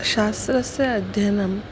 शास्त्रस्य अध्ययनं